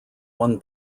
one